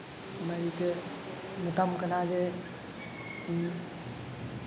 ᱚᱱᱟ ᱤᱭᱟᱹᱛᱮ ᱢᱮᱛᱟᱢ ᱠᱟᱱᱟ ᱡᱮ ᱤᱧ